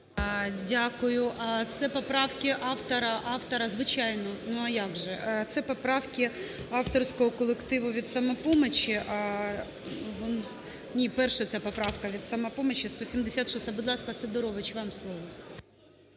Дякую. Це поправки автора… Звичайно, ну аякже. Це поправки авторського колективу від "Самопомочі". Ні, перша ця поправка від "Самопомочі". 176-а. Будь ласка, Сидорович, вам слово.